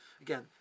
Again